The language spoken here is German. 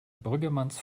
brüggemanns